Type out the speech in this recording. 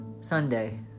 Sunday